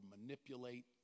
manipulate